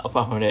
apart from that